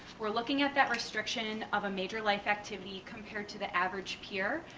we're looking at that restriction of a major life activity compared to the average peer,